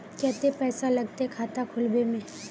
केते पैसा लगते खाता खुलबे में?